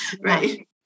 Right